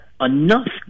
enough